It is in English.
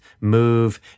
move